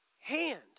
hand